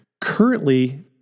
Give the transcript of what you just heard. Currently